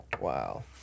Wow